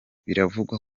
biravugwa